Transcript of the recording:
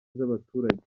z’abaturage